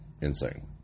insane